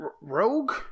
Rogue